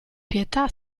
pietà